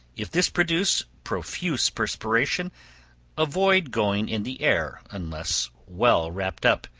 if this produce profuse perspiration avoid going in the air unless well wrapped up.